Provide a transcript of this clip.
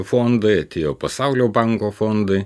fondai atėjo pasaulio banko fondai